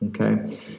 Okay